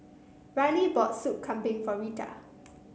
Rylie bought Soup Kambing for Rita